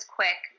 quick